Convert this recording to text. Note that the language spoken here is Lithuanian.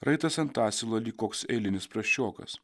raitas ant asilo lyg koks eilinis prasčiokas